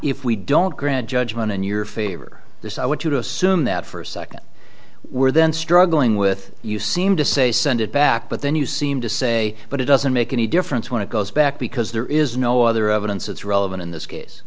if we don't grant judgment in your favor this i want you to assume that for a second we're then struggling with you seem to say send it back but then you seem to say but it doesn't make any difference when it goes back because there is no other evidence that's relevant in this case